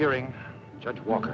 hearing judge walker